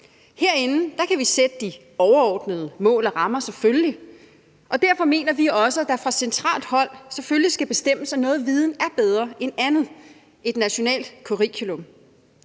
Herinde kan man sætte de overordnede mål og rammer, og derfor mener vi også, at det fra centralt hold selvfølgelig skal bestemmes, at noget viden er bedre end anden, et nationalt curriculum.